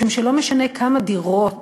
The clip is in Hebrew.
משום שלא משנה כמה דירות